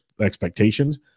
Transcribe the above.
expectations